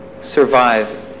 survive